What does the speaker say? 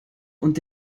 und